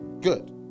Good